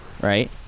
right